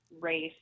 race